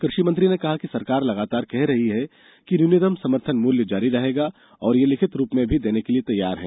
कृषि मंत्री ने कहा कि सरकार लगातार कह रही है कि न्यूनतम समर्थन मूल्य जारी रहेगा और यह लिखित रूप में भी देने के लिए तैयार है